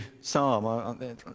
psalm